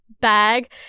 bag